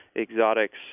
exotics